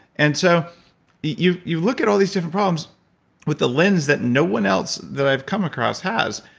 and so you you look at all these different problems with a lens that no one else that i've come across has.